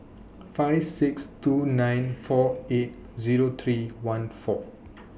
five six two nine four eight Zero three one four